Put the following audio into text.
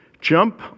jump